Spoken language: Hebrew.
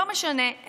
לא משנה,